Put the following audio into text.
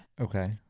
Okay